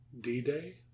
D-Day